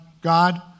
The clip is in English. God